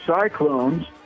Cyclones